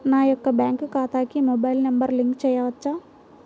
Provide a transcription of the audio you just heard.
నా యొక్క బ్యాంక్ ఖాతాకి మొబైల్ నంబర్ లింక్ చేయవచ్చా?